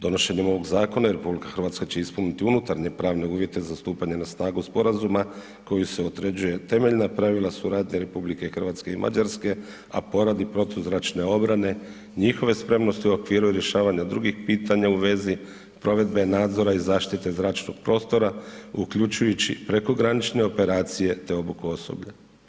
Donošenjem ovog zakona RH će ispuniti unutarnje pravne uvjete za stupanje na snagu sporazuma kojim se određuju temeljna pravila suradnje RH i Mađarske, a poradi protuzračne obrane njihove spremnosti u okviru rješavanju drugih pitanja u vezi provedbe nadzora i zaštite zračnog prostora, uključujući prekogranične operacije te obuku osoblja.